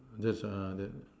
there's a there